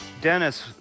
Dennis